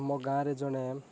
ଆମ ଗାଁରେ ଜଣେ